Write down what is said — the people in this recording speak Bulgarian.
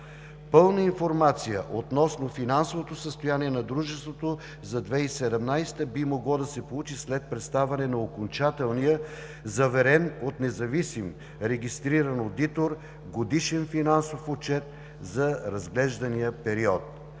Пълна информация относно финансовото състояние на дружеството за 2017 г. би могло да се получи след представяне на окончателния, заверен от независим регистриран одитор, Годишен финансов отчет за разглеждания период.